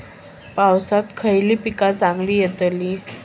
पावसात खयली पीका चांगली येतली?